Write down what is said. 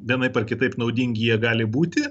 vienaip ar kitaip naudingi jie gali būti